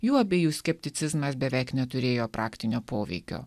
jų abiejų skepticizmas beveik neturėjo praktinio poveikio